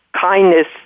kindness